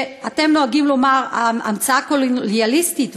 אתם נוהגים לומר: המצאה קולוניאליסטית,